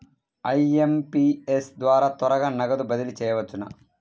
IMPS ద్వారా త్వరగా నగదు బదిలీ చేయవచ్చునా?